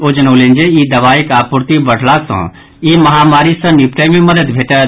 ओ जनौलनि जे ई दवाईक आपूर्ति बढ़ला सँ ई महामारी सँ निपटय मे मददि भेटत